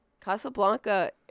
Casablanca